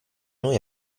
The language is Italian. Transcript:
noi